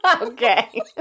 Okay